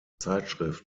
zeitschrift